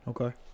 Okay